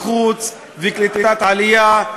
החוץ וקליטת העלייה,